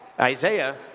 Isaiah